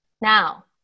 Now